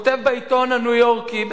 כותב בעיתון הניו-יורקי,